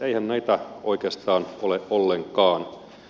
eihän niitä oikeastaan ole ollenkaan